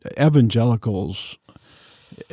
evangelicals